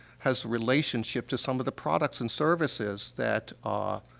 has relationship to some of the products and services that, ah,